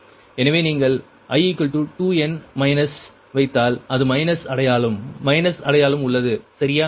எனவே நீங்கள் i 2 n minus வைத்தால் அது மைனஸ் அடையாளம் மைனஸ் அடையாளம் உள்ளது சரியாக